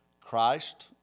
Christ